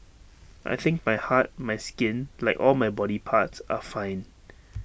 I think my heart my skin like all my body parts are fine